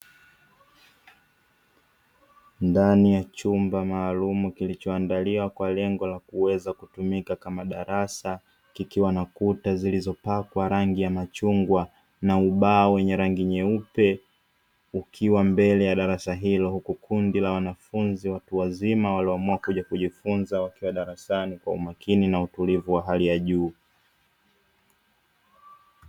Ndani ya chumba maalumu kilichoandaliwa kwa lengo la kuweza kutumika kama darasa, kikiwa na kuta zilizopakwa rangi ya machungwa na ubao wenye rangi nyeupe ukiwa mbele ya darasa hilo, huku kundi la wanafunzi watu wazima walioamua kuja kujifunza, wakiwa darasani kwa umakini na utulivu wa hali ya juu.